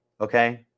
Okay